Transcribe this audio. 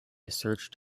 searched